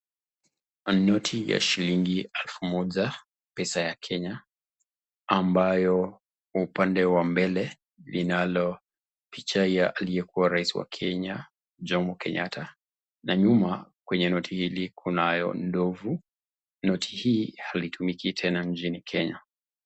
Noti ya shilingi elfu moja pesa ya Kenya ambayo upande wa mbele linalo picha ya aliyekuwa rais wa Kenya Jomo Kenyatta na nyuma kwenye noti hili kunayo ndovu, noti hii halitumiki tena nchini Kenya.